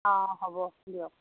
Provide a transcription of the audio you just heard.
অ' হ'ব দিয়ক